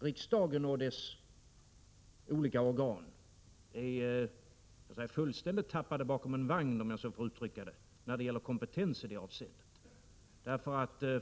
Riksdagen och dess olika organ är inte fullständigt tappade bakom en vagn — om jag så får säga — i vad gäller kompetens i det avseendet.